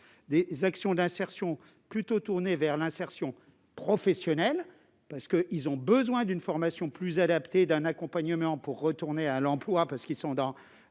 des actions d'insertion plutôt tournées vers l'insertion professionnelle, parce qu'ils ont besoin d'une formation plus adaptée et d'un accompagnement pour retourner à l'emploi, étant plus loin dans